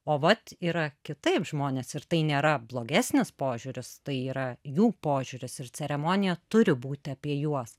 o vat yra kitaip žmonės ir tai nėra blogesnis požiūris tai yra jų požiūris ir ceremonija turi būti apie juos